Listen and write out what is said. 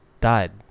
died